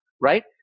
right